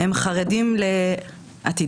האנשים חרדים לעתידם,